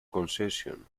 concession